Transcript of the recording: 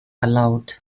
aloud